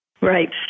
Right